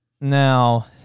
Now